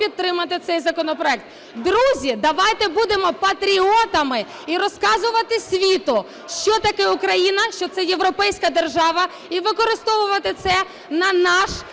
Друзі, давайте будемо патріотами і розказувати світу, що таке Україна, що це європейська держава, і використовувати це на наш